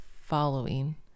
following